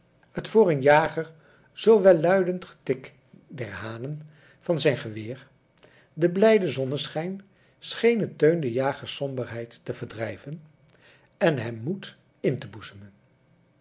het voor een jager zoo welluidend getik der hanen van zijn geweer de blijde zonneschijn schenen teun de jagers somberheid te verdrijven en hem moed in te boezemen